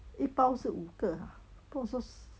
一包是五个不懂是不是